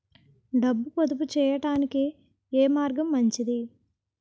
డబ్బు పొదుపు చేయటానికి ఏ మార్గం మంచిది?